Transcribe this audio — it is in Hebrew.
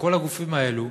כל הגופים הללו,